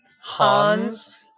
Hans